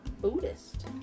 Buddhist